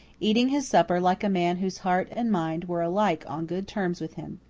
eating his supper like a man whose heart and mind were alike on good terms with him.